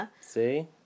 See